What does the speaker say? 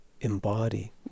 embody